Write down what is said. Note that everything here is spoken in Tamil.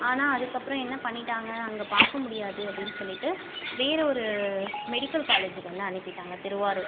ஆனால் அதற்கப்பறம் என்ன பண்ணிவிட்டாங்க அங்கே பார்க்க முடியாது அப்படின்னு சொல்லிவிட்டு வேறு ஒரு மெடிக்கல் காலேஜுக்கு வந்து அனுப்பிவிட்டாங்க திருவாரூர்